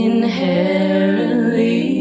Inherently